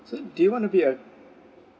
so do you want to be a